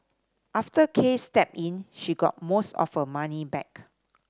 after Case stepped in she got most of her money back